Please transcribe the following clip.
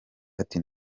ati